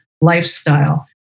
Lifestyle